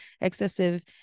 excessive